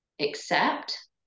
accept